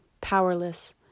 powerless